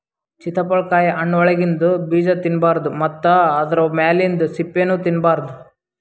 ಚಿತ್ತಪಳಕಾಯಿ ಹಣ್ಣ್ ಒಳಗಿಂದ ಬೀಜಾ ತಿನ್ನಬಾರ್ದು ಮತ್ತ್ ಆದ್ರ ಮ್ಯಾಲಿಂದ್ ಸಿಪ್ಪಿನೂ ತಿನ್ನಬಾರ್ದು